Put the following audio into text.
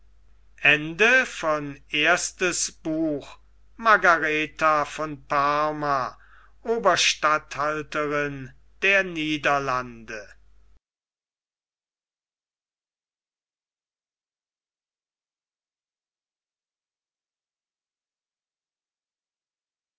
margaretha von parma oberstatthalterin der niederlande